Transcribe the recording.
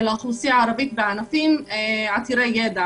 שהיא מאד נמוכה בקרב האוכלוסייה הערבית בהשוואה לאוכלוסייה הכללית,